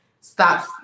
Stop